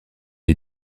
est